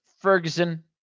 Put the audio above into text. Ferguson